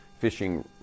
fishing